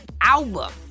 album